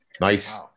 nice